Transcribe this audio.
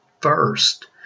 first